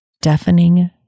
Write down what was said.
deafening